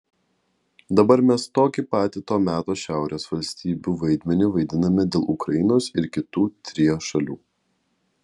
dabar mes tokį patį to meto šiaurės valstybių vaidmenį vaidiname dėl ukrainos ir kitų trio šalių